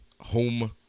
home